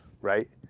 right